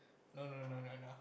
no no no no no